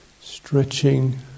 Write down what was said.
Stretching